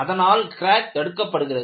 அதனால் க்ராக் தடுக்கப்படுகிறது